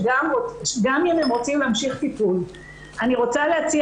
גם אם הם רוצים להמשיך טיפול אני רוצה להציע